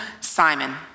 Simon